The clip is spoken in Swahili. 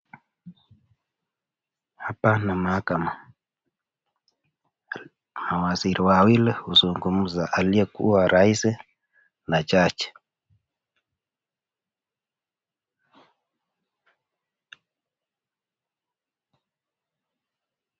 Hapa ni mahakama. Ni waziri wawili huzngumza, aliyekuwa raisi na jaji.